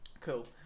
Cool